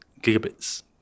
gigabits